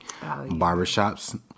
barbershops